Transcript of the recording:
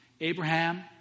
Abraham